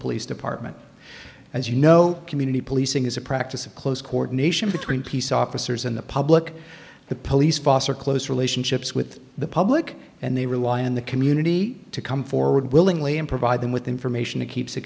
police department as you know community policing is a practice of close coordination between peace officers and the public the police foster close relationships with the public and they rely on the community to come forward willingly and provide them with information that keeps